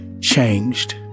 changed